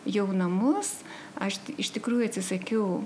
jau namus aš iš tikrųjų atsisakiau